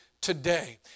today